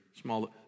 Small